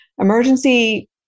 emergency